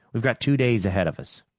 we've got two days ahead of us.